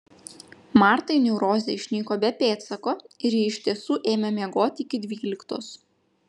martai neurozė išnyko be pėdsako ir ji iš tiesų ėmė miegoti iki dvyliktos